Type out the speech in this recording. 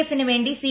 എഫിന് വേണ്ടി സി